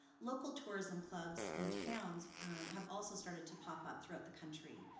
local tourism clubs and towns have also started to pop up throughout the country.